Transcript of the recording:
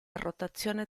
rotazione